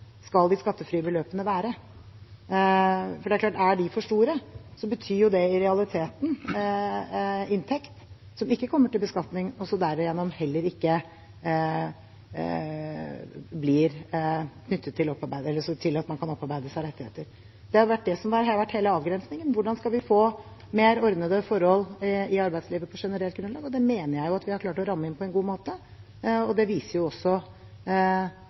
skal de skattefrie beløpene være? Er de for store, betyr det i realiteten inntekt som ikke kommer til beskatning, og som man heller ikke kan opparbeide seg rettigheter gjennom. Det er dette som har vært hele avgrensningen: Hvordan skal vi få mer ordnede forhold i arbeidslivet på generelt grunnlag? Det mener jeg vi har klart å ramme inn på en god måte. Det viser også